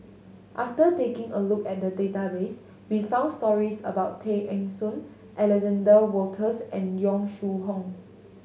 after taking a look at the database we found stories about Tay Eng Soon Alexander Wolters and Yong Shu Hoong